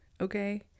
okay